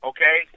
Okay